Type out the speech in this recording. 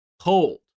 cold